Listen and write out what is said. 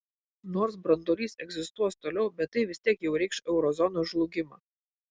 nors branduolys egzistuos toliau bet tai vis tiek jau reikš euro zonos žlugimą